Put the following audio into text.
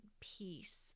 peace